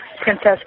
Princess